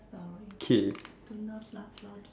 K